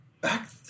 back